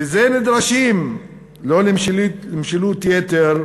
לזה נדרשים לא למשילות יתר,